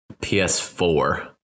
PS4